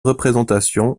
représentation